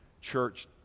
church